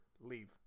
Leave